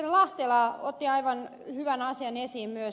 lahtela otti aivan hyvän asian esiin myös